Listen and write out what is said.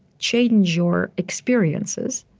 change your experiences,